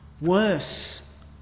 worse